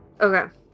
Okay